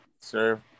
Sir